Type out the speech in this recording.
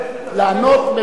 לענות,